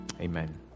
Amen